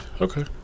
okay